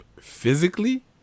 Physically